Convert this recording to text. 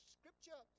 Scripture